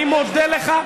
אני מודה לך,